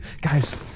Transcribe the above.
Guys